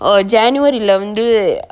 uh january lah வந்து:vanthu